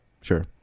Sure